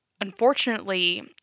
unfortunately